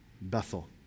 Bethel